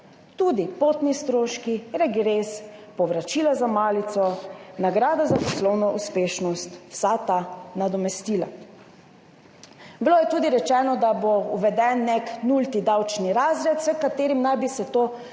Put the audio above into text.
tudi potni stroški, regres, povračila za malico, nagrada za poslovno uspešnost, vsa ta nadomestila. Rečeno je bilo tudi, da bo uveden nek nulti davčni razred, s katerim naj bi se to nekako